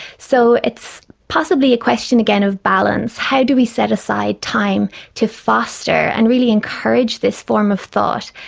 so it's possibly a question, again, of balance. how do we set aside time to foster and really encourage this form of thought,